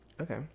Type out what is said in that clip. Okay